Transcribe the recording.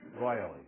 royally